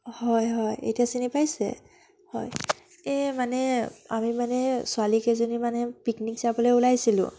হয় হয় এতিয়া চিনি পাইছে হয় এই মানে আমি মানে ছোৱালীকেইজনী মানে পিকনিক যাবলৈ ওলাইছিলোঁ